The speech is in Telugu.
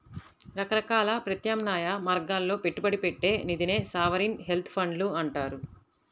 రకరకాల ప్రత్యామ్నాయ మార్గాల్లో పెట్టుబడి పెట్టే నిధినే సావరీన్ వెల్త్ ఫండ్లు అంటారు